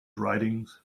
writings